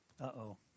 uh-oh